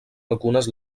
algunes